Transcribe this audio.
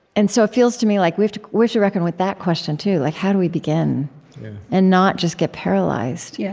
and so it feels to me like we have to reckon with that question too like how do we begin and not just get paralyzed yeah